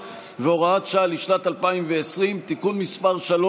והוראת שעה לשנת 2020) (תיקון מס' 3)